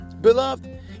Beloved